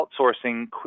outsourcing